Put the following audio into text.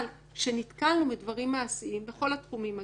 כשנתקלנו בדברים מעשיים בכל התחומים אגב,